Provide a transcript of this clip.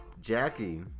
Jackie